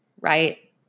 right